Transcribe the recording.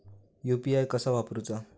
UPI कसा वापरूचा?